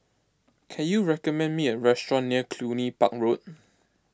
can you recommend me a restaurant near Cluny Park Road